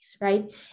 right